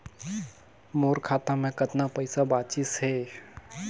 मोर खाता मे कतना पइसा बाचिस हे?